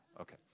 Okay